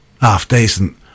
half-decent